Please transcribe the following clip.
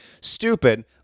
stupid